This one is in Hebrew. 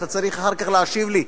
אתה צריך אחר כך להשיב לי.